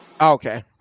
okay